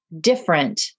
different